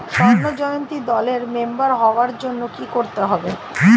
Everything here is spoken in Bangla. স্বর্ণ জয়ন্তী দলের মেম্বার হওয়ার জন্য কি করতে হবে?